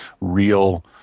real